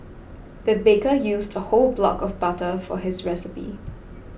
the baker used the whole block of butter for this recipe